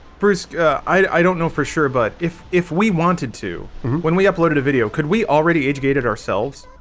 first i don't know for sure, but if if we wanted to when we uploaded a video could we already educated ourselves?